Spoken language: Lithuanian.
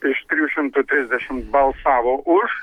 iš trijų šimtų trisdešimt balsavo už